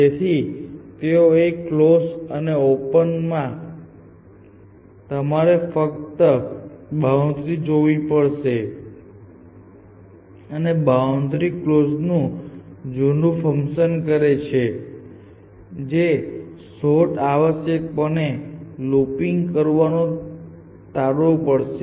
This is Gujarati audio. તેથી તેઓ એ કલોઝ અને ઓપન અચ્છે તફાવત કર્યો અને વિચાર એ છે કે જ્યારે તમે ચાઈલ્ડ ઓપનમાં જનરેટ કરો છો ત્યારે તમારે ફક્ત બાઉન્ડ્રી જોવી પડશે અને બાઉન્ડ્રી કલોઝ નું જૂનું ફંકશન કરે છે જે શોધમાં આવશ્યકપણે લૂપિંગ કરવાનું ટાળવું પડશે